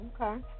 Okay